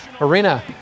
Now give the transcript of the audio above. Arena